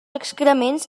excrements